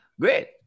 Great